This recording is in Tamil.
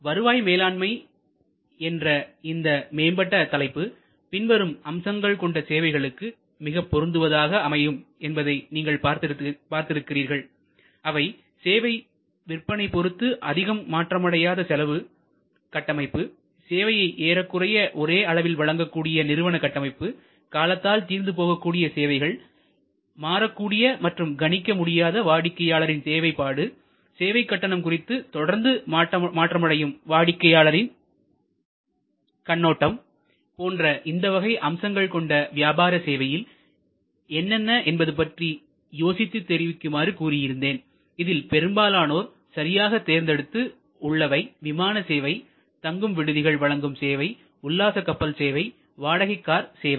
வருவாய் மேலாண்மை என்ற இந்த மேம்பட்ட தலைப்பு பின்வரும் அம்சங்கள் கொண்ட சேவைகளுக்கு மிக பொருந்துவதாக அமையும் என்பதை நீங்கள் பார்த்திருக்கிறீர்கள் அவை சேவை விற்பனை பொருத்து அதிகம் மாற்றம் அடையாத செலவு கட்டமைப்புசேவையை ஏறக்குறைய ஒரே அளவில் வழங்கக்கூடிய நிறுவன கட்டமைப்புகாலத்தால் தீர்ந்து போகக்கூடிய சேவைகள் மாறக்கூடிய மற்றும் கணிக்க முடியாத வாடிக்கையாளரின் தேவைப்பாடு சேவை கட்டணம் குறித்து தொடர்ந்து மாற்றமடையும் வாடிக்கையாளரின் கண்ணோட்டம் போன்ற இந்த வகை அம்சங்கள் கொண்ட வியாபார சேவைகள் என்னென்ன என்பது பற்றி யோசித்து தெரிவிக்குமாறு கூறியிருந்தேன் இதில் பெரும்பாலானோர் சரியாக தேர்ந்தெடுத்து உள்ளவை விமான சேவை தங்கும் விடுதிகள் வழங்கும் சேவை உல்லாச கப்பல் சேவை வாடகை கார் சேவை